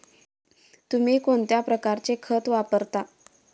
तुम्ही कोणत्या प्रकारचे खत वापरता?